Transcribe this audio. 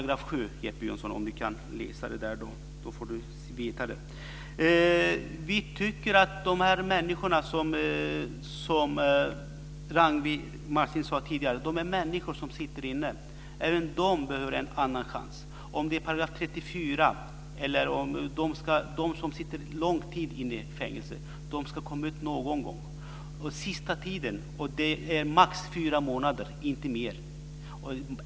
Om Jeppe Johnsson kan läsa får han veta detta. Som Ragnwi Marcelind tidigare sade behöver även de människor som sitter inne få en annan chans. Oavsett om det gäller § 34-placeringar eller om det gäller dem som sitter lång tid i fängelse ska de ju någon gång komma ut. Vidare handlar det om maximalt fyra månader, inte mer.